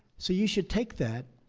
so you should take that,